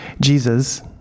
Jesus